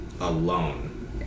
alone